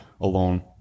Alone